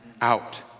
out